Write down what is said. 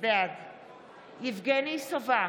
בעד יבגני סובה,